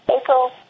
April